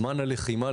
זמן הלחימה,